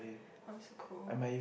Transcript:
oh so cool